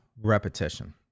repetition